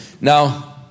Now